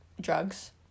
drugs